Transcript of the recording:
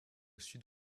sud